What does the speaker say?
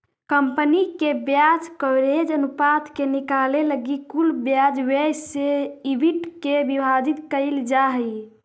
company के ब्याज coverage अनुपात के निकाले लगी कुल ब्याज व्यय से ईबिट के विभाजित कईल जा हई